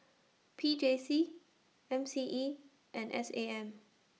P J C M C E and S A M